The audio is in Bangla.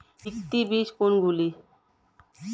ভিত্তি বীজ কোনগুলি?